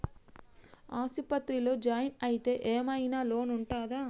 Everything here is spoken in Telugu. ఆస్పత్రి లో జాయిన్ అయితే ఏం ఐనా లోన్ ఉంటదా?